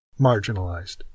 marginalized